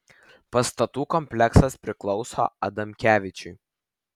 pastatų kompleksas priklauso adamkevičiui